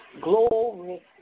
glory